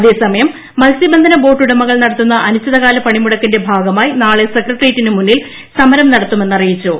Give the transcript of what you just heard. അതേസമയം മത്സ്യബന്ധന ബോട്ടുടമകൾ നടത്തുന്ന അനിശ്ചിതകാല പണിമുടക്കിന്റെ ഭാഗമായി നാളെ സെക്രട്ടേറിയറ്റിനു മുന്നിൽ സമരം നടത്തുമെന്നറിയിച്ചു